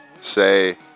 say